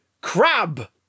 Crab